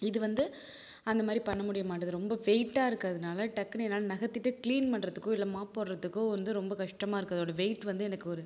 இது வந்து அந்த மாதிரி பண்ண முடியமாட்டுது ரொம்ப வெயிட்டாக இருக்கிறதுனால டக்குன்னு என்னால் நகர்த்திட்டு க்ளீன் பண்ணுறதுக்கோ இல்லை மாப் போடுறதுக்கோ வந்து ரொம்ப கஷ்டமாக இருக்கு அதோட வெயிட் வந்து எனக்கு ஒரு